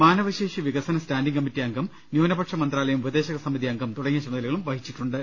മാനവശേഷി വിക സന സ്റ്റാന്റിംഗ് കമ്മിറ്റി അംഗം ന്യൂനപക്ഷ മന്ത്രാലയം ഉപദേശകസമിതി അംഗം തുടങ്ങിയ ചുമതലകളും വഹിച്ചിട്ടുണ്ട്